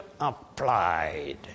applied